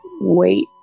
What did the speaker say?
wait